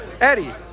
Eddie